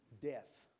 Death